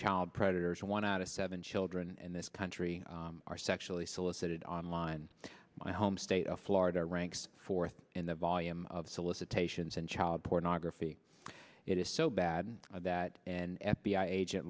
child predators and one out of seven children in this country are sexually solicited online my home state of florida ranks fourth in the volume of solicitations and child pornography it is so bad that an f b i agent